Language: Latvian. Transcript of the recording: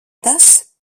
tas